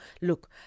look